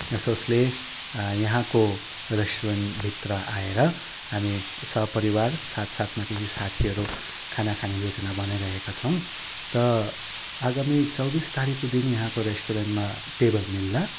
यो सोचले यहाँको रेस्टुरेन्टभित्र आएर हामी सपरिवार साथसाथमा केही साथीहरू खाना खाने योजनाहरू बनाइरहेका छौँ त आगामी चौबिस तारिकको दिन यहाँको रेस्टुरेन्टमा टेबल मिल्ला